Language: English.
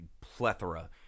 plethora